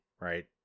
right